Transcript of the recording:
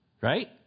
right